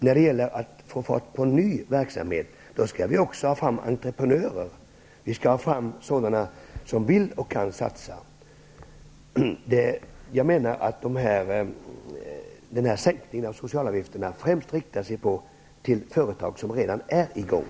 När det gäller att få fart på ny verksamhet skall det också tas fram entreprenörer. Det skall finnas sådana som vill och kan satsa. Jag menar att sänkningen av socialavgifterna främst riktar sig till företag som redan är i gång.